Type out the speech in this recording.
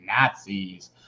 nazis